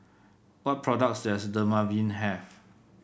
what products does Dermaveen have